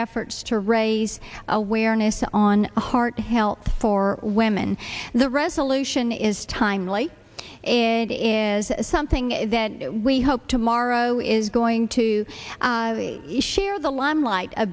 efforts to raise awareness on heart health for women the resolution is timely and is something that we hope tomorrow is going to share the limelight a